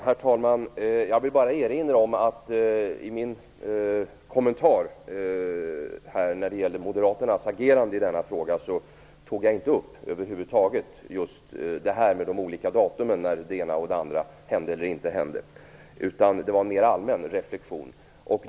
Herr talman! Jag vill bara erinra om att jag i min kommentar när det gäller moderaternas agerande i denna fråga över huvud taget inte tog upp de olika datumen för när det ena eller andra hände eller inte hände. Det var en mer allmän reflexion.